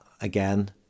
again